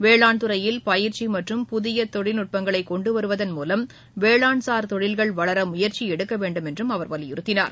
வேளாண் துறையில் பயிற்சி மற்றும் புதிய தொழில்நுட்பங்களைக் கொண்டு வருவதன் மூலம் வேளாண்சார் தொழில்கள் வளர முயற்சி எடுக்க வேண்டும் என்றும் அவர் வலியுறுத்தினார்